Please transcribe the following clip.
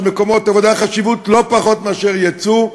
מקומות עבודה חשיבות לא פחות מאשר לייצוא,